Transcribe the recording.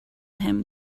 him